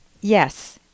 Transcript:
yes